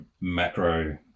macro